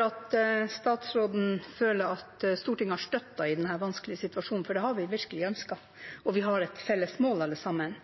at statsråden føler at Stortinget har vært støttende i denne vanskelige situasjonen, for det har vi virkelig ønsket, og vi har et felles mål alle sammen.